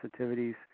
sensitivities